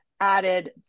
added